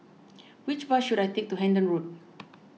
which bus should I take to Hendon Road